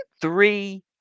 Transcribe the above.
Three